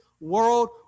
world